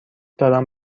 دارم